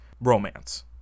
romance